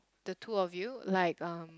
the two of you like um